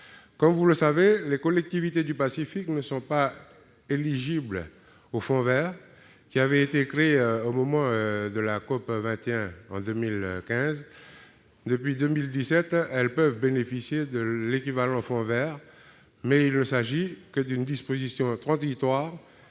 On le sait, les collectivités du Pacifique ne sont pas éligibles au Fonds vert pour le climat, créé lors de la COP 21, en 2015. Depuis 2017, elles peuvent bénéficier de l'« équivalent Fonds vert », mais il ne s'agit que d'une disposition à caractère